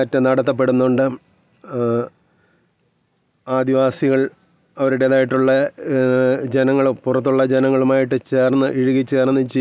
പറഞ്ഞു അപ്പം ഞാനുമത് കേട്ടപ്പോഴത്തേനും എനിക്കൊക്കെ ഏണ്ടും ഏകദേശം സേമാണെന്നു തോന്നി നമുക്ക് തോന്നിയ രണ്ട് മീനിങ്ങും ഏകദേശം സേമാണെന്നു തോന്നി